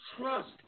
trust